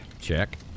Check